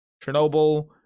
Chernobyl